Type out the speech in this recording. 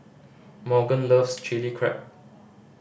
Morgan loves Chili Crab